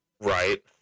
Right